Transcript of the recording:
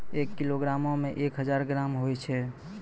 एक किलोग्रामो मे एक हजार ग्राम होय छै